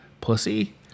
pussy